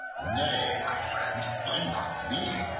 nay, my friend, blame not me,